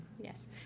Yes